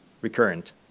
recurrent